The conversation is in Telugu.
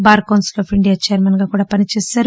bar council of India chairman గా కూడా పని చేశారు